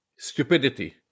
stupidity